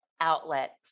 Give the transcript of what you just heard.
outlet